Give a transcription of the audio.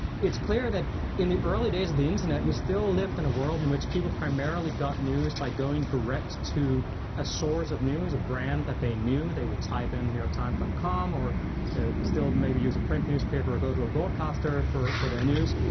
it's clear that in the early days of the internet, we still lived in a world in which people primarily got news by going direct to a source of news, a brand that they knew. they would type in thenewyorktimes com, or still maybe use a print newspaper or go to a broadcaster for for their news.